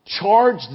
Charge